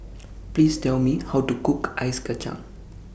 Please Tell Me How to Cook Ice Kachang